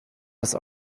das